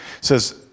says